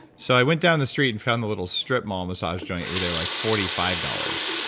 so i went down the street and found the little strip mall massage joint where they were like forty five dollars.